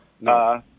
No